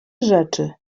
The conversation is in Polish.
rzeczy